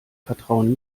vertrauen